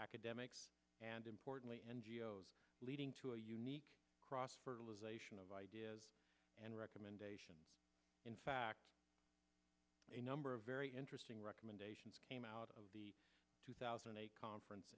academics and importantly n g o s leading to a unique cross fertilisation of ideas and recommendations in fact a number of very interesting recommendations came out of the two thousand and eight conference